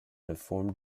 deformed